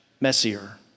messier